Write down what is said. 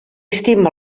estima